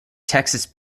texas